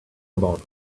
about